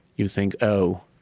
you think, oh,